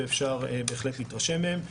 ואפשר בהחלט להתרשם מהן.